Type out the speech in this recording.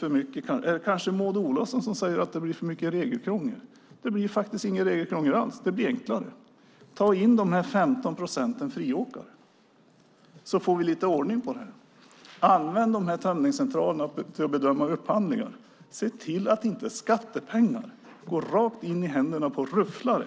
Är det kanske Maud Olofsson som säger att det blir för mycket regelkrångel? Det är faktiskt inget regelkrångel alls. Det blir enklare. Ta in de 15 procenten friåkare, så får vi lite ordning på detta! Använd tömningscentralerna till att bedöma upphandlingar! Se till att inte skattepengar går rakt in i händerna på rufflare!